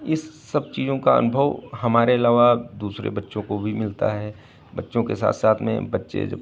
इस सब चीज़ों का अनुभव हमारे अलावा दूसरे बच्चों को भी मिलता है बच्चों के साथ साथ में बच्चे जब